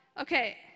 okay